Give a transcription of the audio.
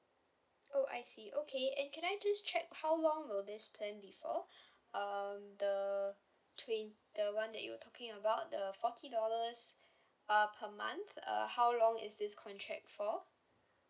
oh I see okay and can I just check how long will this plan be for um the twen~ the one that you were talking about the forty dollars uh per month uh how long is this contract for